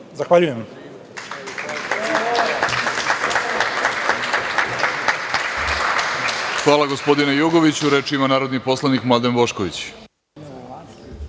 zahvaljujem.